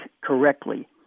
correctly